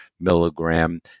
milligram